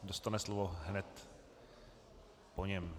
Dostane slovo hned po něm.